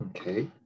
Okay